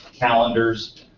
calendars.